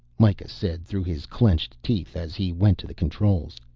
mikah said through his clenched teeth, as he went to the controls.